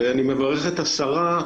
ואני מברך את השרה.